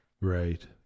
Right